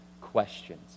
questions